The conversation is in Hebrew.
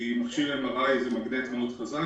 כי מכשיר MRI זה מגנט מאוד חזק,